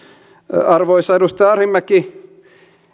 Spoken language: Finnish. arvoisa edustaja arhinmäki